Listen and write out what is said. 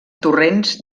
torrents